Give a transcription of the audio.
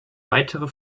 weitere